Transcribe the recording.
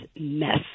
mess